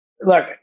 Look